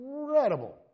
incredible